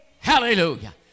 Hallelujah